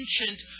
Ancient